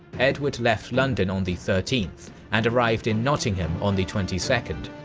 edward left london on the thirteenth and arrived in nottingham on the twenty second.